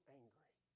angry